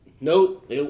Nope